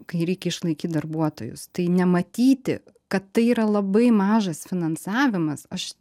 kai reikia išlaikyt darbuotojus tai nematyti kad tai yra labai mažas finansavimas aš